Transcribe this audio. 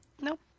Nope